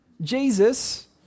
Jesus